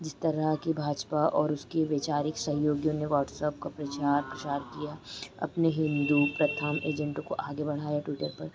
जिस तरह कि भाजपा और उसकी वैचारिक सहयोगियों ने वॉट्सअप का प्रचार प्रसार किया अपने हिन्दू प्रथम एजेन्ट को आगे बढ़ाया ट्विटर पर